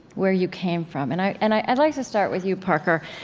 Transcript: where you came from. and i'd and i'd like to start with you, parker.